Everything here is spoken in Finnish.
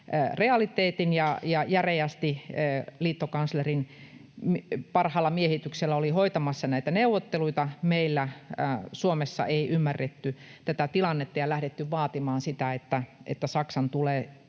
realiteetin ja järeästi liittokanslerin parhaalla miehityksellä oli hoitamassa näitä neuvotteluita. Meillä Suomessa ei ymmärretty tätä tilannetta ja lähdetty vaatimaan sitä, että Saksan tulee